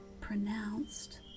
pronounced